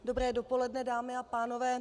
Dobré dopoledne, dámy a pánové.